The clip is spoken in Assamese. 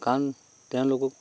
কাৰণ তেওঁলোকক